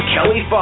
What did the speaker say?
Kelly